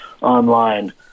online